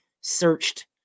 searched